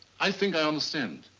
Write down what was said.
i think i understand.